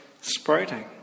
sprouting